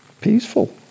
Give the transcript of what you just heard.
peaceful